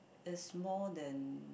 it's more than